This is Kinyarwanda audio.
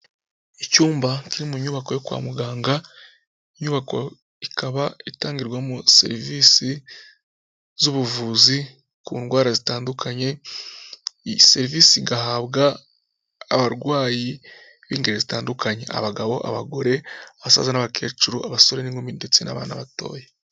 Icyumba kiri mu nyubako yo kwa muganga, inyubako ikaba itangirwamo serivisi z'ubuvuzi ku ndwara zitandukanye, iyi serivisi igahabwa abarwayi b'ingeri zitandukanye: abagabo, abagore, abasaza n'abakecuru, abasore n'inkumi ndetse n'abana batoya.